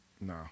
No